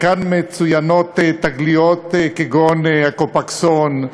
כאן מצוינות תגליות כגון "קופקסון",